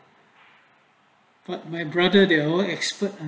but my brother they all expert